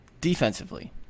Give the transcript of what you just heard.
Defensively